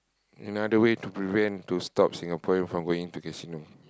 another a way to prevent to stop Singaporeans from going to casino